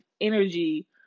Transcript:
energy